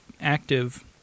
active